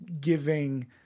giving